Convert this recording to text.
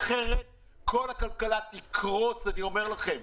אחרת, כל הכלכלה תקרוס, אני אומר לכם,